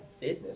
business